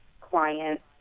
clients